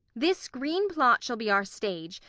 this green plot shall be our stage,